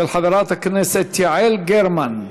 של חברת הכנסת יעל גרמן.